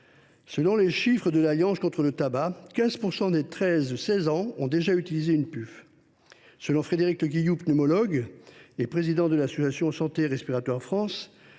Selon les chiffres de l’Alliance contre le tabac, 15 % des 13 16 ans ont déjà utilisé une puff. Selon Frédéric Le Guillou, pneumologue et président de l’association Santé respiratoire France,